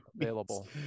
available